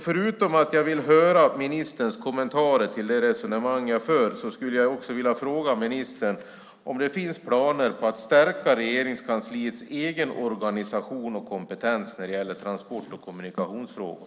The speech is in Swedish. Förutom att jag vill höra ministerns kommentarer till det resonemang jag för skulle jag också vilja fråga ministern om det finns planer på att stärka Regeringskansliets egen organisation och kompetens när det gäller transport och kommunikationsfrågor.